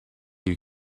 you